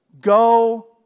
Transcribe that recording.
Go